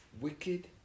Wicked